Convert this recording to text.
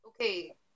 okay